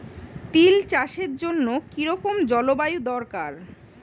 তিল চাষের জন্য কি রকম জলবায়ু দরকার?